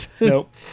Nope